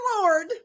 lord